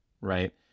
right